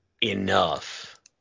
enough